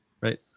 Right